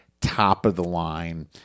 top-of-the-line